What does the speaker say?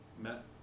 Matt